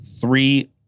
three